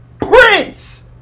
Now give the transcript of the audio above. Prince